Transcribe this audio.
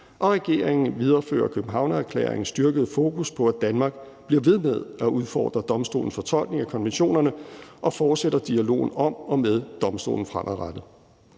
Regeringen bør videreføre Københavnererklæringens styrkede fokus på, at Danmark bliver ved med at udfordre domstolens fortolkning af EMRK, og fortsætte dialogen om og med domstolen fremadrettet.«